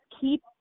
keep